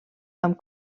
amb